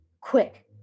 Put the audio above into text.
quick